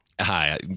Hi